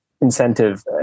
incentive